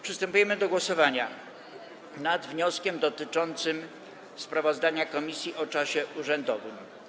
Przystępujemy do głosowania nad wnioskiem dotyczącym sprawozdania komisji o czasie urzędowym.